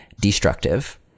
destructive